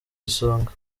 isonga